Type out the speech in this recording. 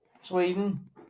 Sweden